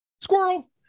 squirrel